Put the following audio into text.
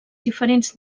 diferents